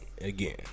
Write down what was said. again